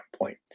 point